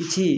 କିଛି